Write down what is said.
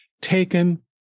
taken